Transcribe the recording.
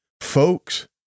Folks